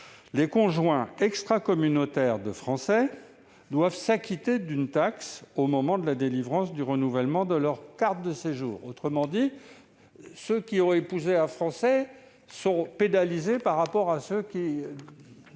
les conjoints extracommunautaires de Français doivent s'acquitter d'une taxe au moment de la délivrance ou du renouvellement de leur carte de séjour. Autrement dit, ceux qui ont épousé un Français sont pénalisés par rapport à ceux qui